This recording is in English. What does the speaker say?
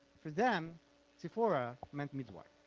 for them siphora meant midwife.